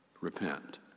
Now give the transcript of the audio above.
Repent